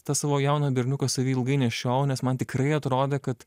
tą savo jauną berniuką savy ilgai nešiojau nes man tikrai atrodė kad